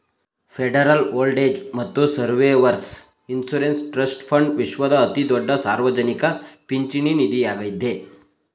federal old age ಮತ್ತು survivors insurance trust fund ವಿಶ್ವದ ಅತಿದೊಡ್ಡ ಸಾರ್ವಜನಿಕ ಪಿಂಚಣಿ ನಿಧಿಯಾಗಿದ್ದೆ